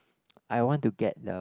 I want to get the